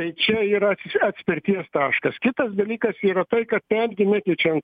tai čia tas atspirties taškas kitas dalykas yra tai kad netgi nekeičiant